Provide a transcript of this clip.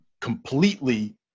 completely